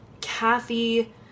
Kathy